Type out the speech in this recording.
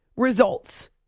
Results